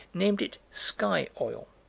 named it sky oil.